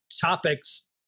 topics